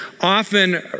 often